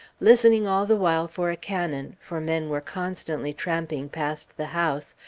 listening all the while for a cannon for men were constantly tramping past the house,